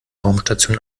raumstation